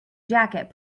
jacket